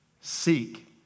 seek